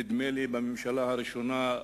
נדמה לי בממשלה הראשונה,